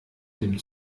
dem